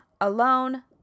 alone